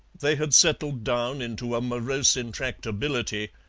they had settled down into a morose intractability,